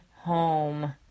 home